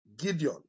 Gideon